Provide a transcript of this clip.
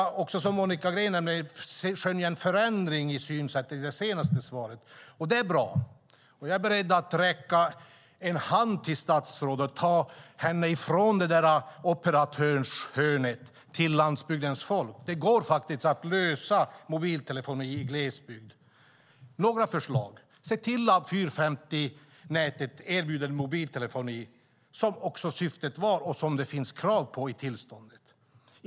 Precis som Monica Green sade har jag sett en förändring i synsättet i ministerns senaste svar. Det är bra. Jag är beredd att räcka en hand till statsrådet och ta henne från operatörshörnet till landsbygdens folk. Det går att lösa problemet med mobiltelefoni i glesbygd. Jag har några förslag. Se till att 450-nätet erbjuder mobiltelefoni, som syftet var och som det finns krav på i tillståndet.